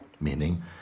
meaning